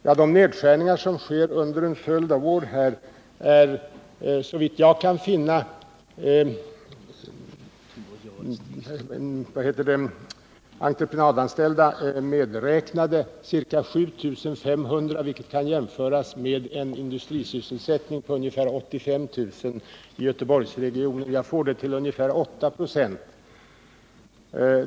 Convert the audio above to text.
Ja, de nedskärningar som sker berör, såvitt jag kan finna, ca 7 500 personer, entreprenadanställda medräknade. Det kan jämföras med en industrisysselsättning på ungefär 85 000 personer i Göteborgsregionen. Jag får då siffran till ungefär 8 96.